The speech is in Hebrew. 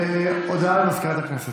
הודעה לסגנית מזכירת הכנסת.